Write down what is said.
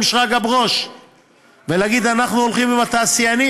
שרגא ברוש ולהגיד: אנחנו הולכים עם התעשיינים.